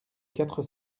quatre